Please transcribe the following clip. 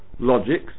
logics